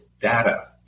data